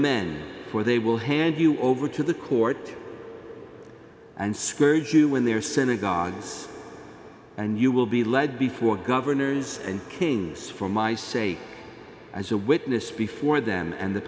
men for they will hand you over to the court and scourge you in their synagogues and you will be led before governors and kings for my sake as a witness before them and the